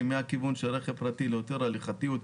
מהכיוון של רכב פרטי ליותר הליכתיות,